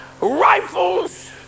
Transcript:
rifles